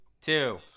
Two